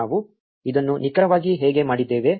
ನಾವು ಇದನ್ನು ನಿಖರವಾಗಿ ಹೇಗೆ ಮಾಡಿದ್ದೇವೆ